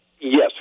Yes